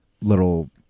little